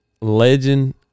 legend